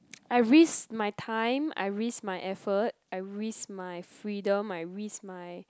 I risk my time I risk my effort I risk my freedom I risk my